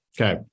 Okay